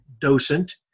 docent